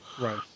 Right